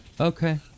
Okay